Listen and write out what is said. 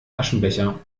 aschenbecher